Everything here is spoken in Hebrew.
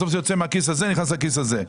בסוף זה יוצא מהכיס הזה, נכנס לכיס הזה.